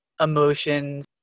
emotions